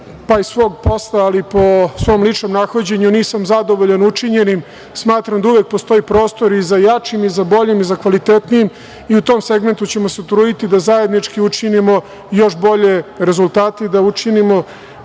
pa i svog posla, ali i po svom ličnom nahođenju, nisam zadovoljan učinjenim. Smatram da uvek postoji prostor i za jačim i za boljim i za kvalitetnijim. U tom segmentu ćemo se potruditi da zajednički učinimo još bolje rezultate i da učinimo